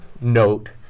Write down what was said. note